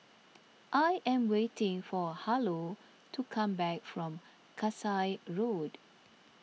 I am waiting for Harlow to come back from Kasai Road